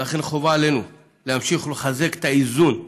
ולכן חובה עלינו להמשיך ולחזק את האיזון והשיתוף,